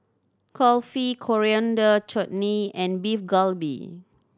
Kulfi Coriander Chutney and Beef Galbi